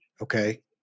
Okay